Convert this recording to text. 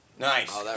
Nice